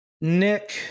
Nick